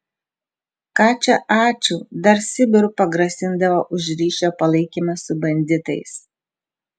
ką čia ačiū dar sibiru pagrasindavo už ryšio palaikymą su banditais